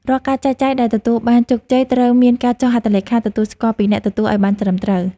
រាល់ការចែកចាយដែលទទួលបានជោគជ័យត្រូវមានការចុះហត្ថលេខាទទួលស្គាល់ពីអ្នកទទួលឱ្យបានត្រឹមត្រូវ។